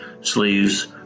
sleeves